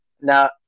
Now